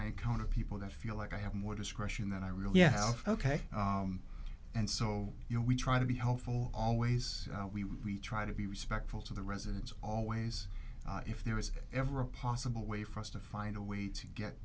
i encounter people that feel like i have more discretion that i really yeah ok and so you know we try to be helpful always we we try to be respectful to the residents always if there is ever a possible way for us to find a way to get